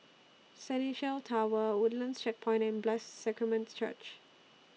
Centennial Tower Woodlands Checkpoint and Blessed Sacrament Church